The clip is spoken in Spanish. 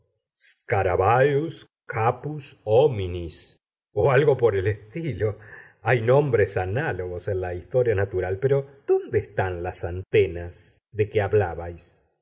scarabus capus hominis o algo por el estilo hay nombres análogos en la historia natural pero dónde están las antenas de que hablabais